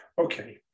Okay